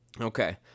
okay